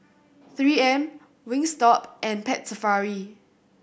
Three M Wingstop and Pet Safari